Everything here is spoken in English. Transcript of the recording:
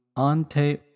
ante